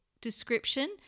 description